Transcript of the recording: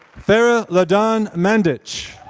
farah ladan mandich.